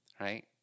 right